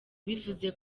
bivuze